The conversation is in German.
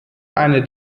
eine